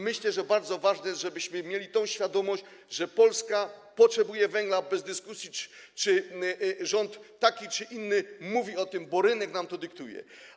Myślę, że bardzo ważne jest to, żebyśmy mieli świadomość, że Polska potrzebuje węgla, bez dyskusji, czy rząd taki czy inny mówi o tym, bo rynek nam to dyktuje.